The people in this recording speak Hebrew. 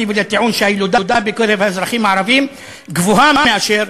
ולטיעון שהילודה בקרב האזרחים הערבים גבוהה מאשר